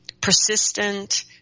persistent –